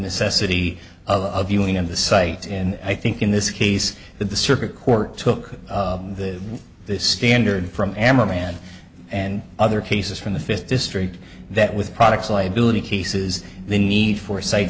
necessity of viewing of the site and i think in this case the circuit court took the standard from am a man and other cases from the fifth district that with products liability cases the need for sa